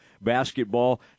basketball